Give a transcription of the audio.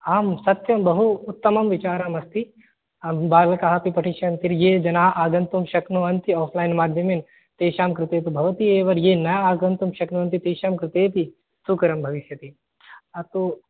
आम् सत्यं बहु उत्तमं विचारम् अस्ति बालकाः अपि पठिष्यन्ति ये जनाः आगन्तुं शक्नुवन्ति आफ्लैन् माध्यमेन तेषां कृते तु भवती एव ये न आगन्तुं शक्नुवन्ति तेषां कृतेपि सुकरं भविष्यति अस्तु